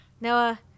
Noah